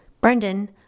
Brendan